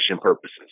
purposes